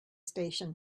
station